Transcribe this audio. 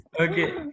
Okay